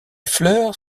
fleurs